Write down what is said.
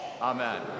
amen